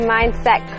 Mindset